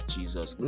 Jesus